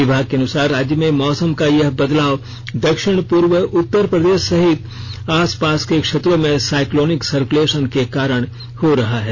विभाग के अनुसार राज्य में मौसम का यह बदलाव दक्षिण पूर्व उत्तर प्रदेष सहित आस पास के क्षेत्रों में साईक्लोनिक सर्कुलेषन के कारण हो रहा है